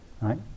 right